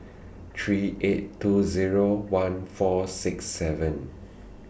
three eight two Zero one four six seven